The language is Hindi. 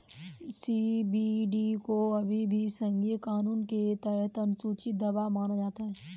सी.बी.डी को अभी भी संघीय कानून के तहत अनुसूची दवा माना जाता है